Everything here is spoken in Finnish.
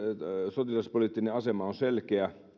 sotilaspoliittinen asema on selkeä